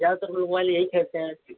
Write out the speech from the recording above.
ज़्यादातर लोग मोबाइल यही खरीदते हैं